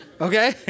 Okay